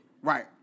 Right